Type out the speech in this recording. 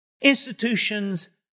institutions